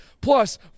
Plus